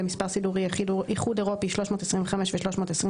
במספר סידורי (איחוד אירופי) 325 ו-326,